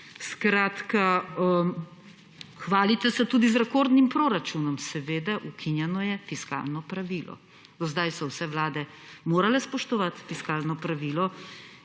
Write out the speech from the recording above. Hvalite se tudi z rekordnim proračunom. Seveda, ukinjeno je fiskalno pravilo. Do zdaj so vse vlade morale spoštovati fiskalno pravilo